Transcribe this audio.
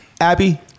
Abby